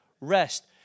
rest